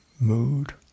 mood